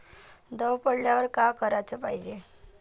दव पडल्यावर का कराच पायजे?